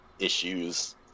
issues